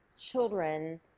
children